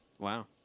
Wow